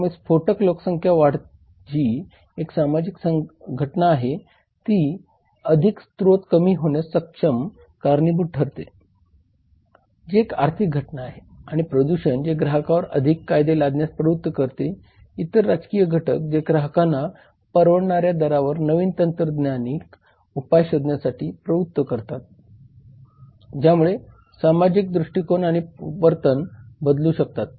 त्यामुळे स्फोटक लोकसंख्या वाढ जी एक सामाजिक घटना आहे ती अधिक स्त्रोत कमी होण्यास कारणीभूत ठरते जी एक आर्थिक घटना आहे आणि प्रदूषण जे ग्राहकांवर अधिक कायदे लादण्यास प्रवृत्त करते इतर राजकीय घटक जे ग्राहकांना परवडणाऱ्या दरावर नवीन तांत्रिक उपाय शोधण्यासाठी प्रवृत्त करतात ज्यामुळे सामाजिक दृष्टिकोन आणि वर्तन बदलू शकतात